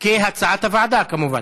כהצעת הוועדה, כמובן.